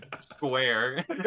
square